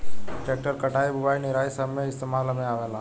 tractor कटाई, बुवाई, निराई सब मे इस्तेमाल में आवेला